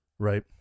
Right